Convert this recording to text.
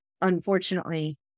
unfortunately